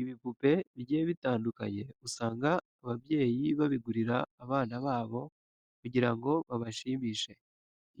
Ibipupe bigiye bitandukanye usanga ababyeyi babigurira abana babo kugira ngo babashimishe.